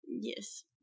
yes